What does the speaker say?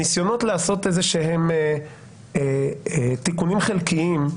הניסיונות לעשות איזה שהם תיקונים חלקיים,